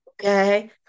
Okay